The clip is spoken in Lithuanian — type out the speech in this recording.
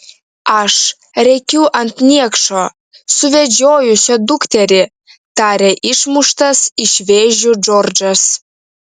aš rėkiu ant niekšo suvedžiojusio dukterį tarė išmuštas iš vėžių džordžas